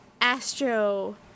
astro